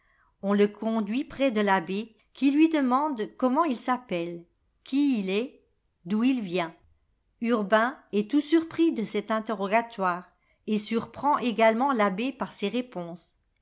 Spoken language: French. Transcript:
on le conduit près de l'abbé qui lui demande comment il s'appelle qui il est d'où il vient urbain est tout surpris de cet interrogatoire et surprend également l'abbé par ses réponses